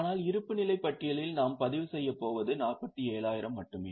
ஆனால் இருப்புநிலைப் பட்டியலில் நாம் பதிவு செய்யப் போவது 47000 மட்டுமே